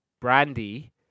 Brandy